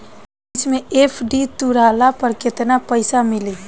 बीच मे एफ.डी तुड़ला पर केतना पईसा मिली?